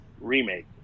remake